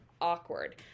Awkward